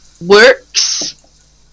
works